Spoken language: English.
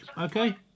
Okay